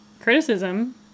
criticism